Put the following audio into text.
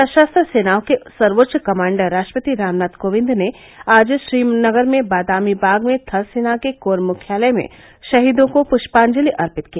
सशस्त्र सेनाओं के सर्वोच्च कमांडर राष्ट्रपति रामनाथ कोविंद ने आज श्रीनगर में बादामी बाग में थल सेना के कोर मुख्यालय में शहीदों को पृष्पांजलि अर्पित की